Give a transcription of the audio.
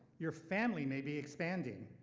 your family may be expanding,